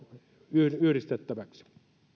yhdistettäväksi